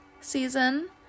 season